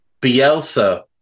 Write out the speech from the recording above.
Bielsa